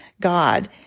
God